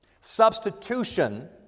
substitution